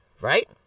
right